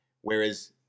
whereas